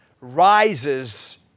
rises